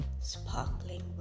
sparkling